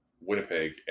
winnipeg